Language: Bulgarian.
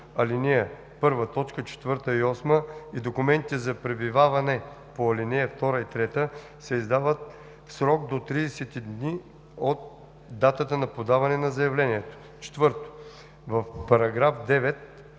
4 и 8 и документите за пребиваване по ал. 2 и 3 се издават в срок до 30 дни от датата на подаване на заявлението.“ 4.